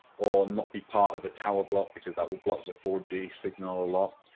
or not be part of a tower block, because that will block the four g signal a lot.